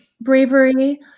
bravery